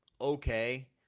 Okay